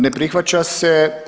Ne prihvaća se.